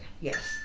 Yes